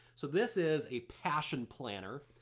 so this is a passion planner.